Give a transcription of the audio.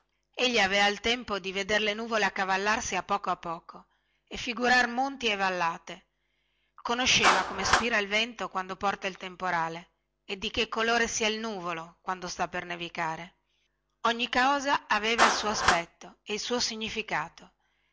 dileguavano egli avea il tempo di veder le nuvole accavallarsi a poco a poco e figurar monti e vallate conosceva come spira il vento quando porta il temporale e di che colore sia il nuvolo quando sta per nevicare ogni cosa aveva il suo aspetto e il suo significato